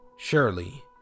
Surely